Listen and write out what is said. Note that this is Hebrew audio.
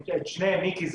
מיקי,